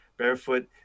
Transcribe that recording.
Barefoot